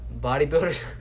bodybuilders